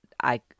I-